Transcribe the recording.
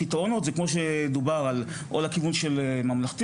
הפתרונות הם כמו שדובר או על כיוון של ממלכתי,